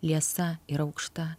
liesa ir aukšta